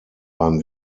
beim